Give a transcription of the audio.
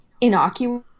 innocuous